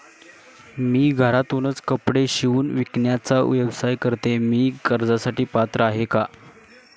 मी घरातूनच कपडे शिवून विकण्याचा व्यवसाय करते, मी कर्जासाठी पात्र आहे का?